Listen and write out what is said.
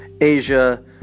Asia